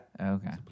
Okay